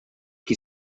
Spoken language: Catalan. qui